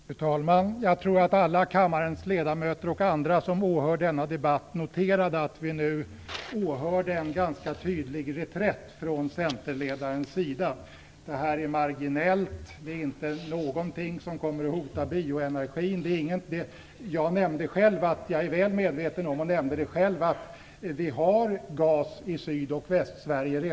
Fru talman! Jag tror att alla kammarens ledamöter och andra som åhör denna debatt noterade en ganska tydlig reträtt från centerledarens sida: Det här är marginellt. Det är inte någonting som kommer att hota bioenergin. Jag är väl medveten om och nämnde själv att vi redan nu har gas i Syd och Västsverige.